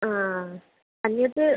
हा अन्यत्